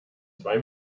zwei